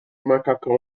macacão